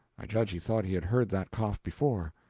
i judge he thought he had heard that cough before.